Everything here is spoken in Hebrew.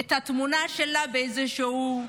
את התמונה שלה באיזשהו מגדל.